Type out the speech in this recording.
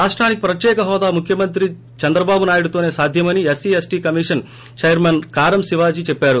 రాష్షానికి ప్రత్యేక హోదా ముఖ్యమంత్రి చంద్రబాబు నాయుడుతోనే సాధ్యమని SC ST commission chairman Karem శిల్లాలో చెప్పారు